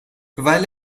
weil